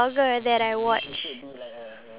ya true